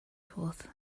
forth